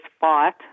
fought